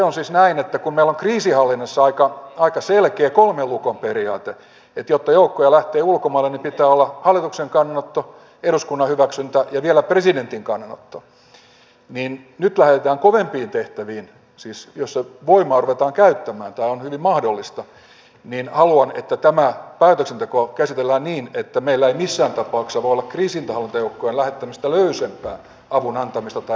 on siis näin että kun meillä on kriisinhallinnassa aika selkeä kolmen lukon periaate eli jotta joukkoja lähtee ulkomaille niin pitää olla hallituksen kannanotto eduskunnan hyväksyntä ja vielä presidentin kannanotto niin nyt lähdetään kovempiin tehtäviin siis sellaisiin joissa voimaa ruvetaan käyttämään tämä on hyvin mahdollista niin haluan että tämä päätöksenteko käsitellään niin että meillä ei missään tapauksessa voi olla kriisinhallintajoukkojen lähettämistä löysempää avunantamista tai avunpyytämistä